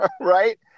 Right